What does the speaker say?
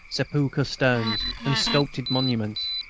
sepulchral stones, and sculptured monuments?